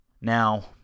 Now